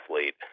athlete